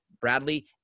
Bradley